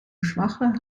schwache